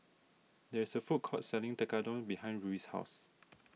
there is a food court selling Tekkadon behind Ruie's house